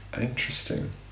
Interesting